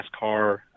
NASCAR